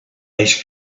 ice